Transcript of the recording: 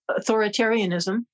authoritarianism